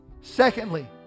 Secondly